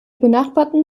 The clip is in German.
benachbarten